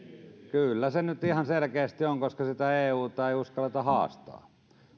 kyllä se nyt ihan selkeästi on koska euta ei uskalleta haastaa